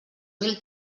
mil